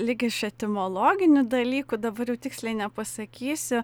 lyg iš etimologinių dalykų dabar jau tiksliai nepasakysiu